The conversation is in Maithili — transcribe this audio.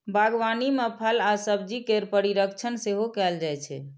बागवानी मे फल आ सब्जी केर परीरक्षण सेहो कैल जाइ छै